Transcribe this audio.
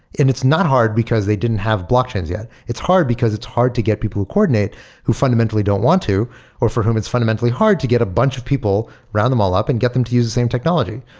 and it's not hard because they didn't have blockchains yet. it's hard because it's hard to get people to coordinate who fundamentally don't want to or for whom it's fundamentally hard to get a bunch of people, round them all up and get them to use the same technology.